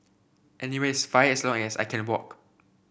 anywhere is fine as long as I can walk